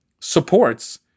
supports